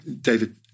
david